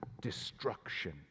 destruction